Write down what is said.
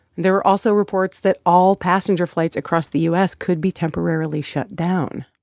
there are also reports that all passenger flights across the u s. could be temporarily shut down.